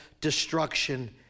destruction